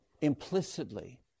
implicitly